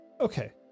Okay